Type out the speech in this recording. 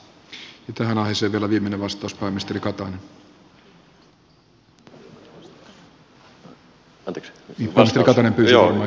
tähän aiheeseen vielä viimeinen vastaus pääministeri katainen